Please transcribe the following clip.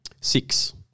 Six